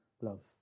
love